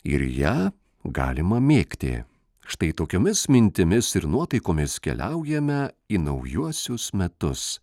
ir ją galima mėgti štai tokiomis mintimis ir nuotaikomis keliaujame į naujuosius metus